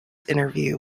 interview